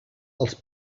els